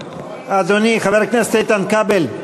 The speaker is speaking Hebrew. אדוני חבר הכנסת איתן כבל,